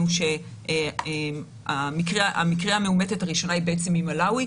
מקרה המאומתת הראשונה היא ממלאווי.